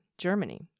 Germany